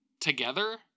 together